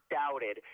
doubted